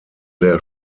der